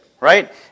Right